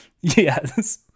Yes